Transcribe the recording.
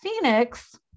Phoenix